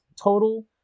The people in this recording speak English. total